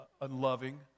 unloving